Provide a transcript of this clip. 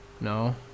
No